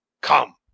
Come